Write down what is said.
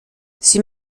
sie